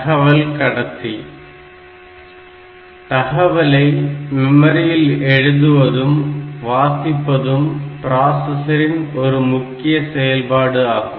தகவல் கடத்தி தகவலை மெமரியில் எழுதுவதும் வாசிப்பதும் ப்ராசசரின் ஒரு முக்கிய செயல்பாடு ஆகும்